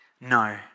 No